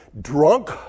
drunk